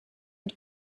mit